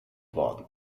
worden